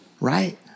Right